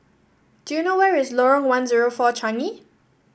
do you know where is Lorong one zero four Changi